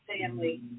family